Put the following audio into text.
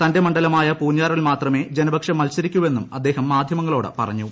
തന്റെ മണ്ഡലമായ പൂഞ്ഞാറിൽ മാത്രമേ ജനപക്ഷം മത്സരിക്കൂ എന്നും അദ്ദേഹം മാധ്യമങ്ങളോട് പറഞ്ഞു